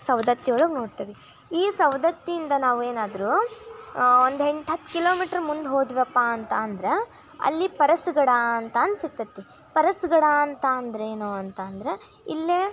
ಸವದತ್ತಿಯೊಳಗೆ ನೋಡ್ತೀವಿ ಈ ಸವದತ್ತಿಯಿಂದ ನಾವು ಏನಾದ್ರೂ ಒಂದು ಎಂಟು ಹತ್ತು ಕಿಲೋಮೀಟರ್ ಮುಂದೆ ಹೋದವಪ್ಪಾ ಅಂತ ಅಂದ್ರೆ ಅಲ್ಲಿ ಪರಸ್ಗಡ ಅಂತ ಅಂದು ಸಿಗ್ತೈತೆ ಪರಸ್ಗಡ ಅಂತ ಅಂದರೆ ಏನು ಅಂತ ಅಂದರೆ ಇಲ್ಲೇ